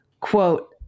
Quote